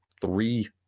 three